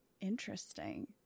Interesting